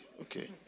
Okay